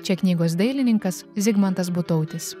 čia knygos dailininkas zigmantas butautis